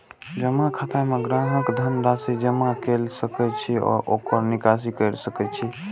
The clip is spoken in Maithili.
जमा खाता मे ग्राहक धन राशि जमा कैर सकै छै आ ओकर निकासी कैर सकै छै